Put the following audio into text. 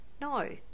No